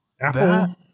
Apple